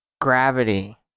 gravity